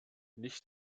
nicht